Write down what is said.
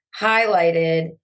highlighted